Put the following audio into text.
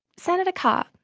senator carr,